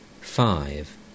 five